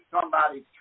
somebody's